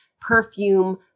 perfume